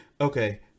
Okay